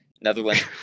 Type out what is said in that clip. Netherlands